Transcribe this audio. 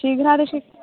शीघ्रातिशी